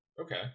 Okay